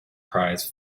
prize